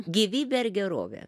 gyvybė ar gerovė